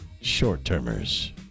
Short-termers